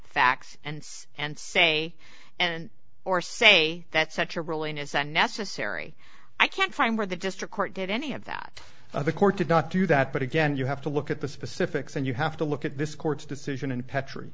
facts and say and say and or say that such a ruling isn't necessary i can't find where the district court did any of that of the court did not do that but again you have to look at the specifics and you have to look at this court's decision and petrie